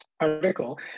article